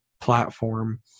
platform